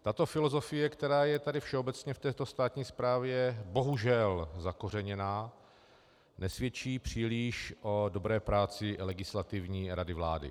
Tato filozofie, která je tady všeobecně v této státní správě bohužel zakořeněná, nesvědčí příliš o dobré práci Legislativní rady vlády.